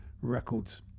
Records